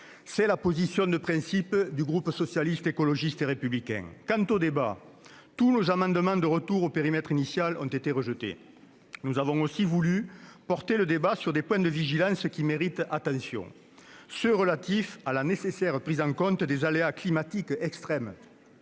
C'est la position de principe du groupe Socialiste, Écologiste et Républicain. Quant au débat, l'ensemble de nos amendements tendant au rétablissement du périmètre initial ont été rejetés. Nous avons aussi voulu porter le débat sur des points de vigilance qui méritent l'attention. Il s'agit de ceux qui sont relatifs à la nécessaire prise en compte des aléas climatiques extrêmes-